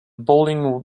bowling